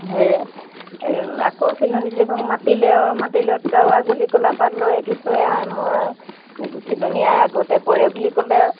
হে আকৌ চিলনী জীয়েকক মাতিলে আৰু মাতিলত আৰু আগলি কলাপাত লৰে কি চৰে আই মোৰ চিলনী আই আগতে পৰে বুলি ক'লে আৰু